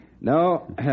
No